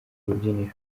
rubyiniro